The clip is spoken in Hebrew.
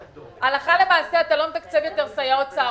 הלכה למעשה אתה לא מתקצב יותר סייעות צהרונים.